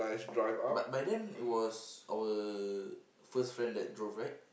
but by then it was our first friend that drove right